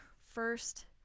first